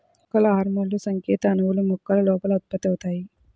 మొక్కల హార్మోన్లుసంకేత అణువులు, మొక్కల లోపల ఉత్పత్తి అవుతాయి